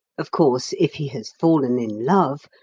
of course, if he has fallen in love,